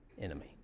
enemy